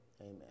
amen